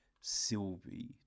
Sylvie